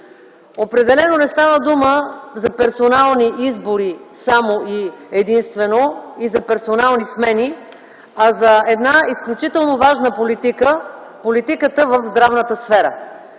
Определено не става дума за персонални избори – само и единствено, и за персонални смени, а за една изключително важна политика - политиката в здравната сфера.